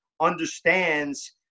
understands